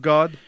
God